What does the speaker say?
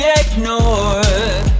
ignored